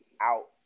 out